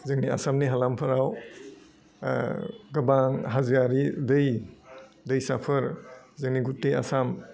जोंनि आसामनि हालामफोराव गोबां हाजोयारि दै दैसाफोर जोंनि गासै आसाम